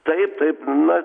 taip taip na